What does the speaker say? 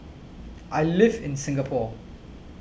I live in Singapore